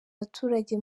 baturage